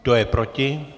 Kdo je proti?